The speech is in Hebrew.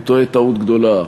טועה טעות גדולה.